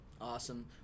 Awesome